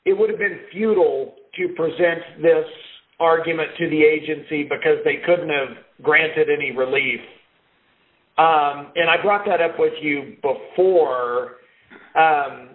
it would have been futile to present this argument to the agency because they couldn't have granted any relief and i brought that up with you before